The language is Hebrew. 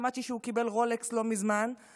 שמעתי שהוא קיבל רולקס לא מזמן,